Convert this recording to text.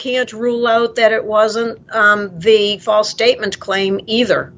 can't rule out that it wasn't the false statement claim either